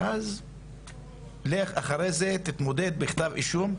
אז לך אחרי זה תתמודד עם כתב אישום.